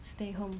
stay home